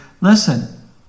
listen